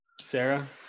Sarah